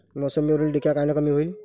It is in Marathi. मोसंबीवरील डिक्या कायनं कमी होईल?